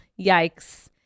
Yikes